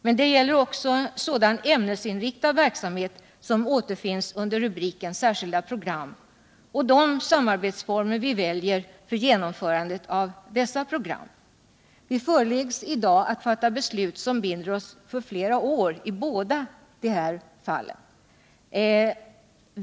Men det gäller också sådan ämnesinriktad verksamhet som återfinns under rubriken Särskilda program och de samarbetsformer vi väljer för genomförandet av dessa program. Vi föreläggs i dag att fatta beslut som binder oss för flera år i båda dessa fall.